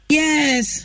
yes